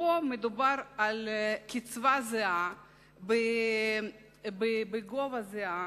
פה מדובר על קצבה זהה בגובה זהה,